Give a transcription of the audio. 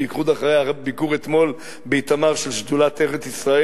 בייחוד אחרי הביקור באיתמר של שדולת ארץ-ישראל,